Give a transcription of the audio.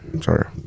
Sorry